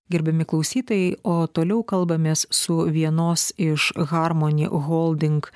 gerbiami klausytojai o toliau kalbamės su vienos iš harmony holding